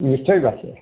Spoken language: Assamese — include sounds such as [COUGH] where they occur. নিশ্চয় [UNINTELLIGIBLE]